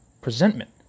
presentment